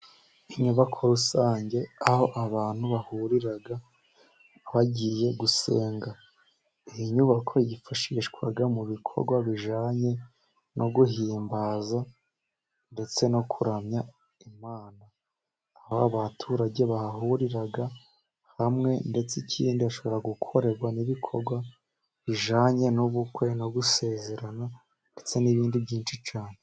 Inyubako rusange, aho abantu bahurira bagiye gusenga, iyi nyubako yifashishwa mu bikorwa bijyanye no guhimbaza ndetse no kuramya Imana, aha ni abaturage bahurira hamwe, ndetse ikindi hashobora gukorerwa n'ibikorwa bijyanye n'ubukwe no gusezerana ndetse n'ibindi byinshi cyane.